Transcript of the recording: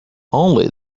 only